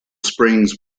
springs